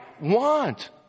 want